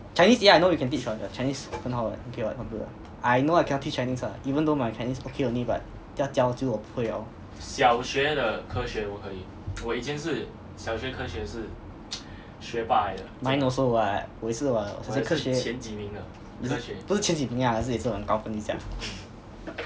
chinese yeah I know you can teach [one] your chinese 很好 what okay what quite good what I know I cannot teach chinese ah even though my chinese okay only but 要教就我不会了咯 mine also what 我也是 what 我的科学不是不是前几名啊可是也是蛮高分一下